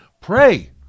Pray